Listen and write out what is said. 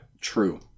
True